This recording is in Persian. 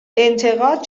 انتقاد